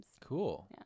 Cool